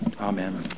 Amen